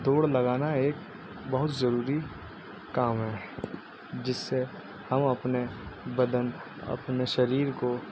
دوڑ لگانا ایک بہت ضروری کام ہے جس سے ہم اپنے بدن اپنے شریر کو